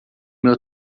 meu